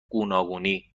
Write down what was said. گوناگونی